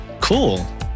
Cool